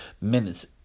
minutes